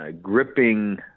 Gripping